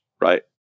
Right